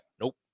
Nope